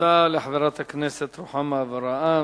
תודה לחברת הכנסת רוחמה אברהם,